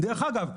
דרך אגב,